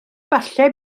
falle